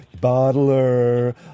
bottler